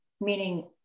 meaning